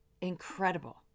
incredible